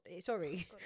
sorry